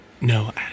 No